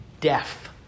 deaf